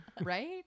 Right